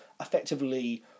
effectively